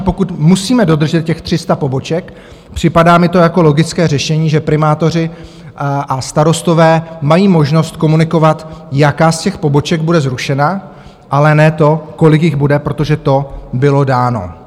A pokud musíme dodržet těch 300 poboček, připadá mi to jako logické řešení, že primátoři a starostové mají možnost komunikovat, jaká z těch poboček bude zrušena, ale ne to, kolik jich bude, protože to bylo dáno.